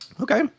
Okay